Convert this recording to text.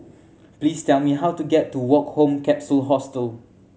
please tell me how to get to Woke Home Capsule Hostel